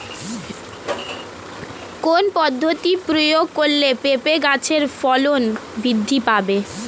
কোন পদ্ধতি প্রয়োগ করলে পেঁপে গাছের ফলন বৃদ্ধি পাবে?